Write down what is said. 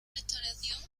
restauración